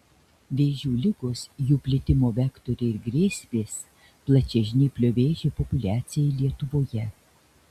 vėžių ligos jų plitimo vektoriai ir grėsmės plačiažnyplio vėžio populiacijai lietuvoje